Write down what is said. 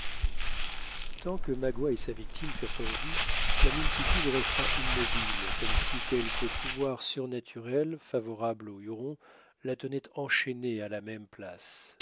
tant que magua et sa victime furent en vue la multitude resta immobile comme si quelque pouvoir surnaturel favorable au huron la tenait enchaînée à la même place